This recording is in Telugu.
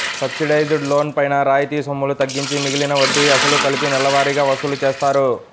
సబ్సిడైజ్డ్ లోన్ పైన రాయితీ సొమ్ములు తగ్గించి మిగిలిన వడ్డీ, అసలు కలిపి నెలవారీగా వసూలు చేస్తారు